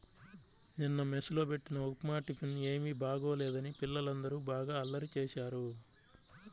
నిన్న మెస్ లో బెట్టిన ఉప్మా టిఫిన్ ఏమీ బాగోలేదని పిల్లలందరూ బాగా అల్లరి చేశారు